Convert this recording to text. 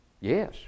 Yes